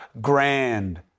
grand